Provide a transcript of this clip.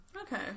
okay